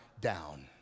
down